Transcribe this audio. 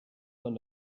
von